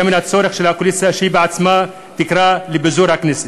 היה מן הצורך של הקואליציה שהיא עצמה תקרא לפיזור הכנסת.